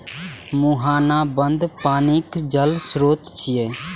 मुहाना बंद पानिक जल स्रोत छियै